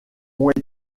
ont